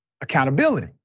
accountability